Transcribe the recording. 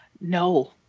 No